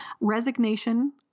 resignation